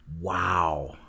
Wow